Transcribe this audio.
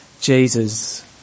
Jesus